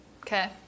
Okay